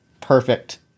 Perfect